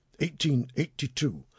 1882